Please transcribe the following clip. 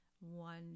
one